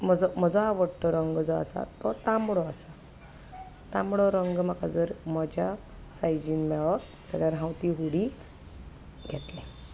म्हजो म्हजो आवडटो रंग जो आसा तो तांबडो आसा तांबडो रंग म्हाका जर म्हजे सायझीन मेळत जाल्यार हांव ती उडी घेतलें